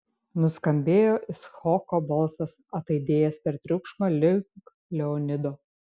nuskambėjo icchoko balsas ataidėjęs per triukšmą link leonido